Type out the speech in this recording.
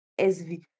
SV